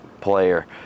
player